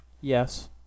Yes